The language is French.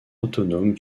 autonome